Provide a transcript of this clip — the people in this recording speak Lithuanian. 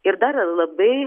ir dar labai